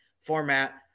format